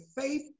faith